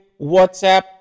WhatsApp